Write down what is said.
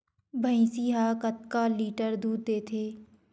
भंइसी हा कतका लीटर दूध देथे?